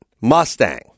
Mustang